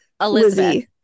Elizabeth